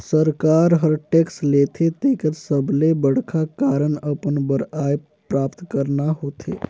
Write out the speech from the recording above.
सरकार हर टेक्स लेथे तेकर सबले बड़खा कारन अपन बर आय प्राप्त करना होथे